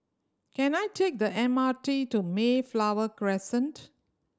can I take the M R T to Mayflower Crescent